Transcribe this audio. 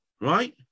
right